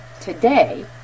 today